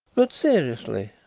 but, seriously,